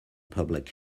public